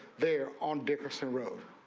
there on dickerson road.